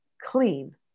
clean